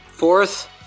fourth